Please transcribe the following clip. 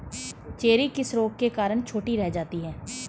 Cherry किस रोग के कारण छोटी रह जाती है?